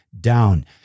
down